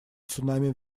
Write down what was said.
цунами